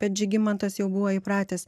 bet žygimantas jau buvo įpratęs